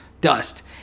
dust